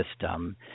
system